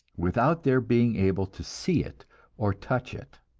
without their being able to see it or touch it.